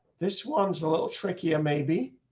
this one's a little trickier. maybe.